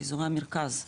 באזורי המרכז,